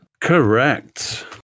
Correct